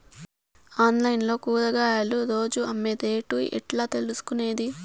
Online లో కూరగాయలు రోజు అమ్మే రేటు ఎట్లా తెలుసుకొనేది?